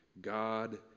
God